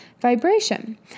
vibration